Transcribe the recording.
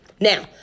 Now